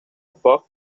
poc